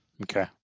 Okay